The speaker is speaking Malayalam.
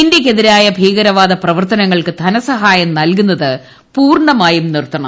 ഇന്തൃയ്ക്കെ തിരായ ഭീകരവാദ പ്രവർത്തനങ്ങൾക്ക് ധനസഹായം നൽകുന്നത് പൂർണ്ണമായും നിറുത്തണം